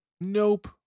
nope